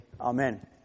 Amen